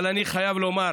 אבל אני חייב לומר